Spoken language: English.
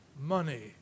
money